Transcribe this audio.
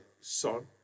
son